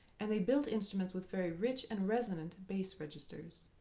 and they built instruments with very rich and resonant bass registers.